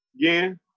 again